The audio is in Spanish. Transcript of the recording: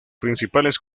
principales